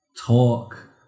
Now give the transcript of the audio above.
talk